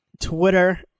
Twitter